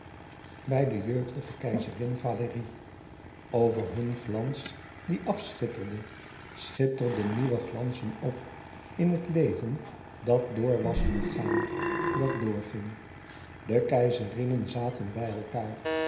bij de jeugdige keizerin valérie over hun glans die afschitterde schit e ids aargang nieuwe glansen op in het leven dat door was gegaan dat doorging de keizerinnen zaten bij elkaâr